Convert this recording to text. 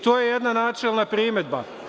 To je jedna načelna primedba.